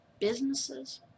businesses